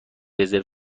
رزرو